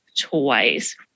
twice